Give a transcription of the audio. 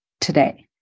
today